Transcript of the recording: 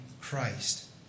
Christ